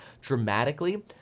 dramatically